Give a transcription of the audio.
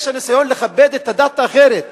יש הניסיון לכבד את הדת האחרת,